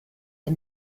ihm